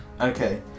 Okay